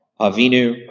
Avinu